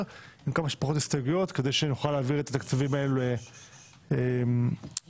עם כמה שפחות הסתייגויות כדי שנוכל להעביר את התקציבים האלה לדיון,